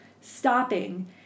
stopping